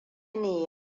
ne